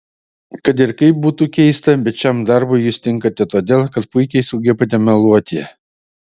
kad ir kaip būtų keista bet šiam darbui jūs tinkate todėl kad puikiai sugebate meluoti